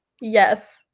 Yes